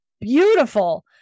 beautiful